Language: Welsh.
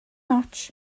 ots